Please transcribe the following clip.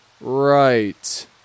Right